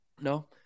no